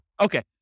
Okay